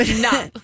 no